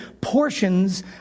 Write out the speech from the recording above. portions